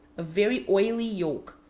a very oily yolk,